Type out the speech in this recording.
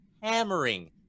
hammering